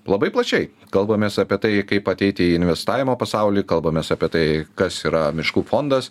labai plačiai kalbamės apie tai kaip ateiti į investavimo pasaulį kalbamės apie tai kas yra miškų fondas